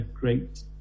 great